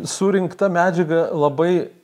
surinkta medžiaga labai